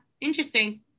Interesting